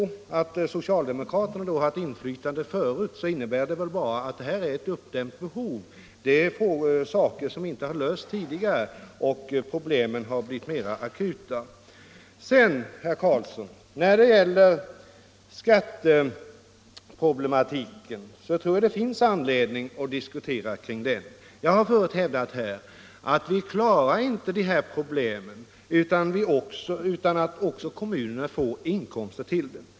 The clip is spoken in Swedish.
Om socialdemokraterna haft inflytandet förut innebär det väl bara att det är ett uppdämt behov som nu gör sig gällande. Det är frågor som inte lösts tidigare, och problemen har nu blivit mer akuta. När det gäller skatteproblematiken, herr Karlsson, tror jag det finns anledning att diskutera den. Jag har förut hävdat att vi inte klarar de här problemen om inte kommunerna får erforderliga inkomster för denna uppgift.